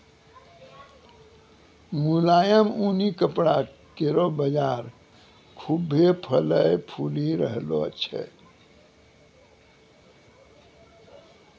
मुलायम ऊनी कपड़ा केरो बाजार खुभ्भे फलय फूली रहलो छै